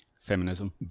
Feminism